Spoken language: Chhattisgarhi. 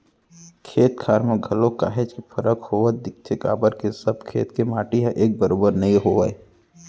खेत खार म घलोक काहेच के फरक होवत दिखथे काबर के सब खेत के माटी ह एक बरोबर नइ होवय